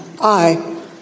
Aye